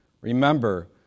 Remember